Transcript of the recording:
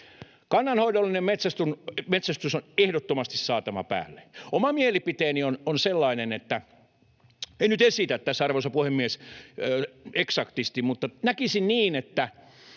Kannanhoidollinen metsästys on ehdottomasti saatava päälle. Oma mielipiteeni on sellainen, että... En nyt esitä tässä, arvoisa puhemies, eksaktisti, mutta näkisin niin, että